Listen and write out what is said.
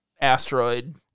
asteroid